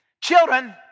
Children